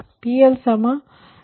ಪಡೆಯುತ್ತೀರಿ